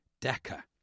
Decker